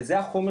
זה החומר,